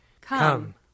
Come